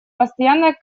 постоянной